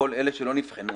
לכל אלה שלא נבחנו.